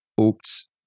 Oops